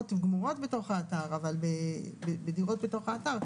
בדירות גמורות בתוך האתר, אבל בדירות בתוך האתר.